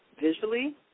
visually